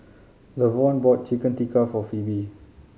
Lavonne bought Chicken Tikka for Pheobe